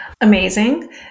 Amazing